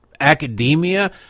academia